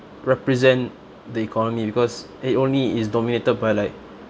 represent the economy because it only is dominated by like